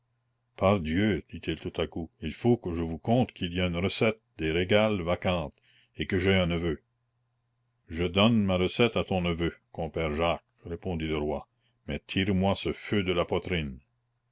pardieu dit-il tout à coup il faut que je vous conte qu'il y a une recette des régales vacante et que j'ai un neveu je donne ma recette à ton neveu compère jacques répondit le roi mais tire-moi ce feu de la poitrine